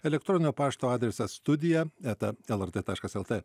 elektroninio pašto adresas studija eta lrt taškas lt